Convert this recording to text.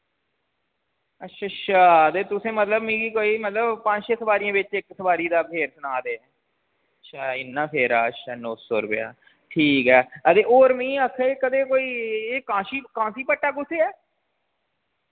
अच्छ अच्छा ते तुसें मतलब मिगी कोई मतलब पंज छे सवारियें बिच इक सवारी दा फेरा सना दे अच्छा इन्ना फेरा अच्छा नौ सौ रपेया ठीक ऐ ते और मिं आखंग कदें कोई एह् काशी कासी बट्टा कुत्थे ऐ